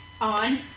On